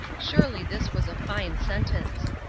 surely this was a fine sentence.